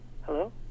Hello